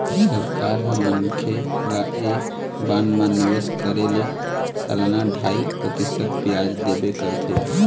सरकार ह मनखे ल ऐ बांड म निवेश करे ले सलाना ढ़ाई परतिसत बियाज देबे करथे